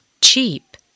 cheap